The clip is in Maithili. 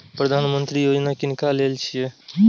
प्रधानमंत्री यौजना किनका लेल छिए?